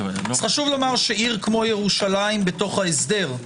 עיר כמו ירושלים בתוך ההסדר,